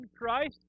Christ